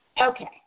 Okay